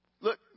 Look